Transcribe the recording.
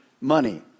money